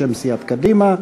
בשם סיעת קדימה.